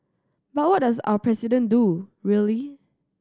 but what does our president do really